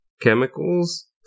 chemicals